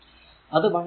ആണ്